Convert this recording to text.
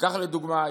תיקח לדוגמה,